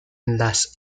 las